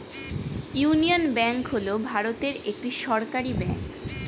union Bank হল ভারতের একটি সরকারি ব্যাঙ্ক